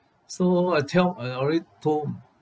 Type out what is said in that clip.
so I tell I already told